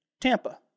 Tampa